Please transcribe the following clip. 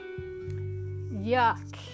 yuck